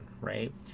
right